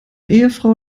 ehefrau